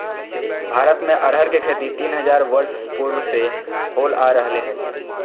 भारत में अरहर के खेती तीन हजार वर्ष पूर्व से होल आ रहले हइ